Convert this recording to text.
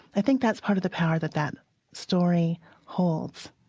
i think that's part of the power that that story holds